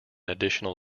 additional